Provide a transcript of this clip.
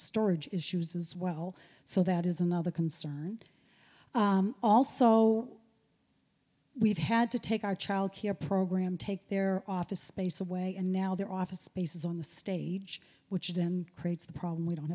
storage issues as well so that is another concern also we've had to take our childcare program take their office space away and now their office spaces on the stage which then creates the problem we don't